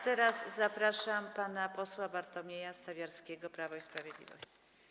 Teraz zapraszam pana posła Bartłomieja Stawiarskiego, Prawo i Sprawiedliwość.